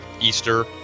Easter